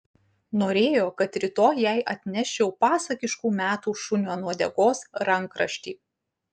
norėjo kad rytoj jai atneščiau pasakiškų metų šuniui ant uodegos rankraštį